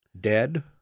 Dead